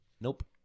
Nope